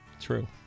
True